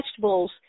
vegetables